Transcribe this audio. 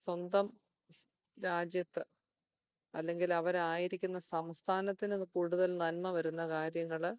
സ്വന്തം രാജ്യത്ത് അല്ലെങ്കിൽ അവരായിരിക്കുന്ന സംസ്ഥാനത്തിന് കൂടുതൽ നന്മ വരുന്ന കാര്യങ്ങൾ